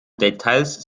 details